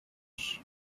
use